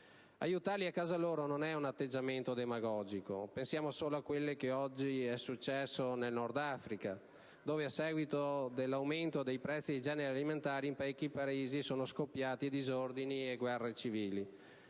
Aiutarli a casa loro non è un atteggiamento demagogico; pensiamo solo a quello che oggi è successo nel Nord-Africa, dove, a seguito dell'aumento dei prezzi dei generi alimentari, in parecchi Paesi sono scoppiati disordini e guerre civili.